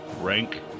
rank